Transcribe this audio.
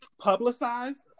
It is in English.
publicized